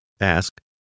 ask